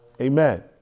Amen